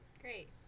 Great